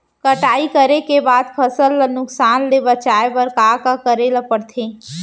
कटाई करे के बाद फसल ल नुकसान ले बचाये बर का का करे ल पड़थे?